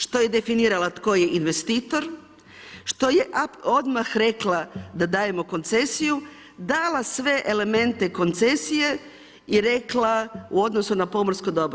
Što je definirala tko je investitor, što je odmah rekla da dajemo koncesiju, dala sve elemente koncesije i rekla u odnosu na pomorsko dobro.